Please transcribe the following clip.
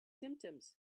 symptoms